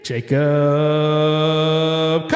Jacob